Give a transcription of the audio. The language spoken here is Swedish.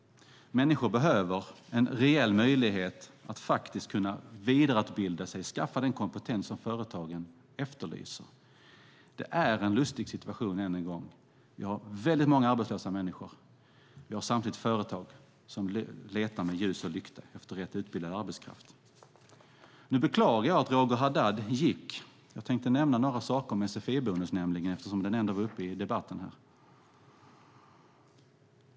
Människor behöver en reell möjlighet att vidareutbilda sig och skaffa den kompetens som företagen efterlyser. Det är en lustig situation. Vi har väldigt många arbetslösa människor, och samtidigt har vi företag som letar med ljus och lykta efter rätt utbildad arbetskraft. Jag beklagar att Roger Haddad gick. Jag tänkte nämligen nämna några saker om sfi-bonusen eftersom den var uppe i debatten här.